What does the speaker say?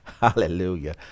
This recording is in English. Hallelujah